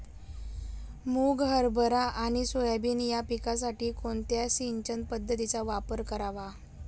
मुग, हरभरा आणि सोयाबीन या पिकासाठी कोणत्या सिंचन पद्धतीचा वापर करावा?